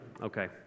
Okay